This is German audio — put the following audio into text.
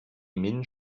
minh